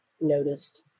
noticed